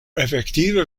efektive